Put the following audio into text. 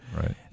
right